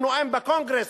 הוא נואם בקונגרס,